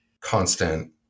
constant